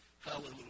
Hallelujah